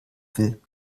will